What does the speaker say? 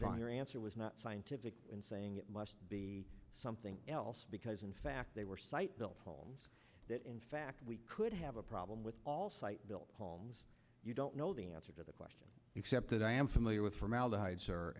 wrong your answer was not scientific in saying it must be something else because in fact they were site built homes that in fact we could have a problem with all site built homes you don't know the answer to the question except that i am familiar with formaldehyde sir